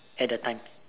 at the time